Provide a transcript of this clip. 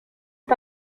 est